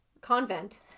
convent